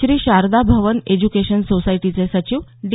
Shri Sharada Bhavan education सोसायटीचे सचिव D